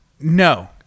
No